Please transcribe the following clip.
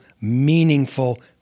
meaningful